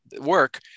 work